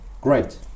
great